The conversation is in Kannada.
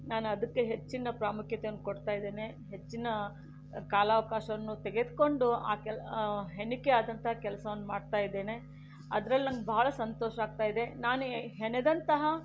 ನಾನು ಅದಕ್ಕೆ ಹೆಚ್ಚಿನ ಪ್ರಾಮುಖ್ಯತೆಯನ್ನು ಕೊಡ್ತಾ ಇದ್ದೇನೆ ಹೆಚ್ಚಿನ ಕಾಲಾವಕಾಶವನ್ನು ತೆಗೆದುಕೊಂಡು ಆ ಕೆಲ್ ಹೆಣಿಕೆ ಆದಂತಹ ಕೆಲಸವನ್ನು ಮಾಡ್ತಾ ಇದ್ದೇನೆ ಅದರಲ್ಲಿ ನನಗೆ ಬಹಳ ಸಂತೋಷ ಆಗ್ತಾ ಇದೆ ನಾನು ಹೆಣೆದಂತಹ